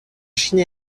chine